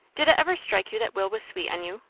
did it ever strike you that will was sweet on you?